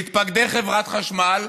מתפקדי חברת החשמל,